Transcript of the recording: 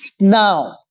now